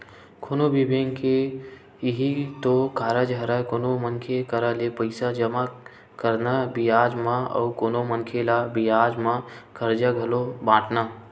कोनो भी बेंक के इहीं तो कारज हरय कोनो मनखे करा ले पइसा जमा करना बियाज म अउ कोनो मनखे ल बियाज म करजा घलो बाटना